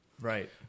Right